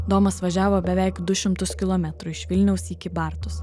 domas važiavo beveik du šimtus kilometrų iš vilniaus į kybartus